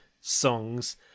songs